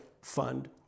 Fund